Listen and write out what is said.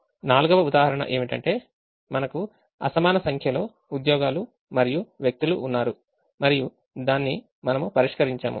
నాల్గవ ఉదాహరణ ఏమిటంటే మనకు అసమాన సంఖ్యలో ఉద్యోగాలు మరియు వ్యక్తులు ఉన్నారు మరియుమనము దాన్ని పరిష్కరించాము